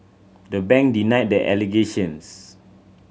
the bank denied the allegations